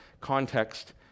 context